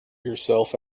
yourself